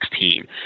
2016